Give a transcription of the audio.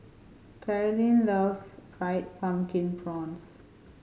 Carlyn loves Fried Pumpkin Prawns